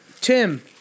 tim